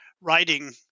writing